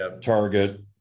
target